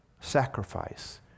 sacrifice